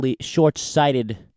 short-sighted